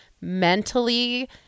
mentally